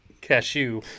Cashew